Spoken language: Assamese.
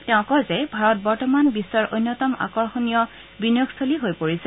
তেওঁ কয় যে ভাৰত বৰ্তমান বিধৰ অন্যতম আকৰ্ষণীয় বিনিয়োগস্থলী হৈ পৰিছে